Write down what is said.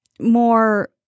more